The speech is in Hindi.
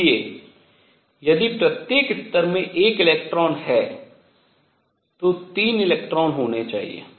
इसलिए यदि प्रत्येक स्तर में एक इलेक्ट्रॉन है तो 3 इलेक्ट्रॉन होने चाहिए